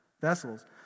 vessels